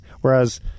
whereas